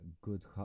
good